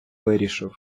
вирішив